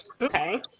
Okay